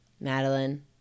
Madeline